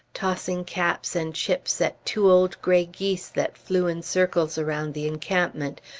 tossing caps and chips at two old gray geese that flew in circles around the encampment,